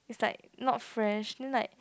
it's like not fresh then like